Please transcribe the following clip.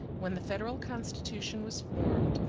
when the federal constitution was formed,